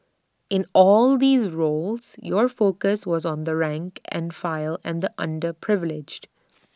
in all these roles your focus was on the rank and file and the underprivileged